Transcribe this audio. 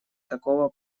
такого